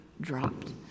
dropped